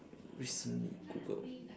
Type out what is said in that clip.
recently googled